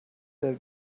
der